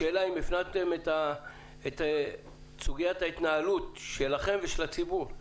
השאלה היא אם הפנמתם את סוגיית ההתנהלות שלכם ושל הציבור.